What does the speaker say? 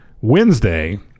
Wednesday